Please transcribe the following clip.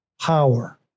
power